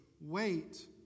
Wait